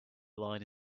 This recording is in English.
line